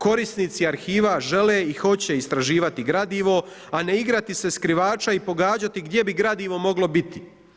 Korisnici arhiva žele i hoće istraživati gradivo, a ne igrati se skrivača i pogađati gdje bi gradivo moglo biti.